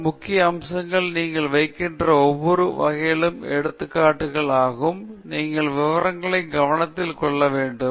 பின்னர் மற்ற முக்கிய அம்சம் நீங்கள் வைக்கிற ஒவ்வொரு வகையிலும் எடுத்துக்காட்டுகள் ஆகும் நீங்கள் விவரங்களை கவனத்தில் கொள்ள வேண்டும்